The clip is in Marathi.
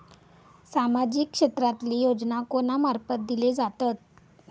सामाजिक क्षेत्रांतले योजना कोणा मार्फत दिले जातत?